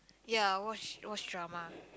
ya I watch watch drama